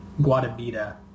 Guadabita